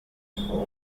gupfa